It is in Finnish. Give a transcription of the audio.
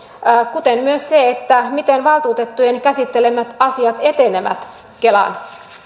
kuten myös sen osalta miten valtuutettujen käsittelemät asiat etenevät kelan